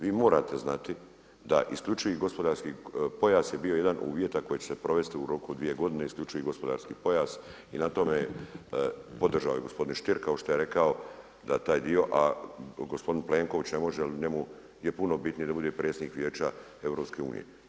Vi morate znati da isključivi gospodarski pojas je bio jedan od uvjeta koji će se provesti u roku od dvije godine, isključivi gospodarski pojas i na tome podržao je i gospodin Stier kao što je rekao da taj dio, a gospodin Plenković ne može, jer njemu je puno bitnije da bude predsjednik Vijeća Europske unije.